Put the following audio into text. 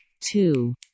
two